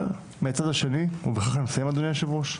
אבל מהצד השני, ובכך אני אסיים אדוני היושב ראש,